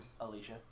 Alicia